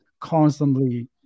constantly